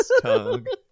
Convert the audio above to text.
tongue